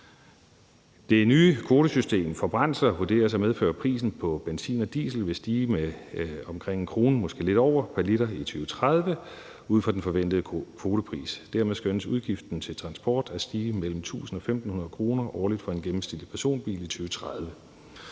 Det nye kvotesystem for brændsler vurderes at medføre, at prisen på benzin og diesel vil stige med omkring 1 kr. og måske lidt over pr. liter i 2030, ud fra den forventede kvotepris. Dermed skønnes udgiften til transport at stige mellem 1.000 og 1.500 kr. årligt for en gennemsnitlig personbil i 2030.